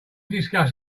discuss